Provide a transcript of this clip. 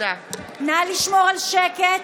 נא לשמור על שקט.